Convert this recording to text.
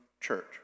church